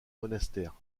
monastères